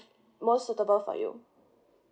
most suitable for you